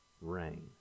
rain